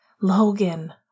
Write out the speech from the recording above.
Logan